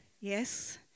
yes